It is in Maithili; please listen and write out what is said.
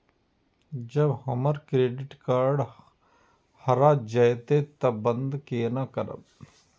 जब हमर क्रेडिट कार्ड हरा जयते तब बंद केना करब?